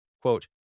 quote